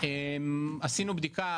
עשינו בדיקה,